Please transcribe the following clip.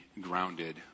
grounded